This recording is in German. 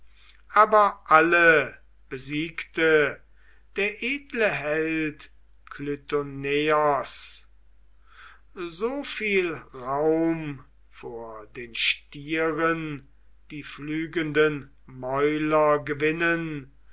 aber alle besiegte der edle held klytoneos so viel raum vor den stieren die pflügenden mäuler gewinnen